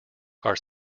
are